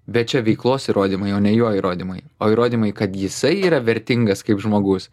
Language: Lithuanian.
bet čia veiklos įrodymai o ne jo įrodymai o įrodymai kad jisai yra vertingas kaip žmogus